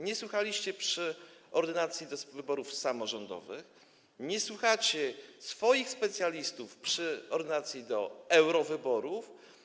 Nie słuchaliście przy ordynacji do wyborów samorządowych, nie słuchacie swoich specjalistów przy ordynacji do eurowyborów.